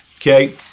Okay